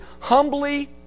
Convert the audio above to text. humbly